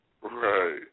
right